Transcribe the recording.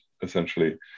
essentially